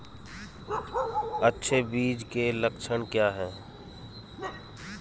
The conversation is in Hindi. अच्छे बीज के लक्षण क्या हैं?